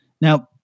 Now